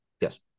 Yes